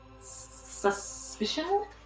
suspicion